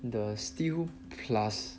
the stale plus